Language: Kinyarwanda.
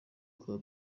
akaba